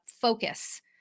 focus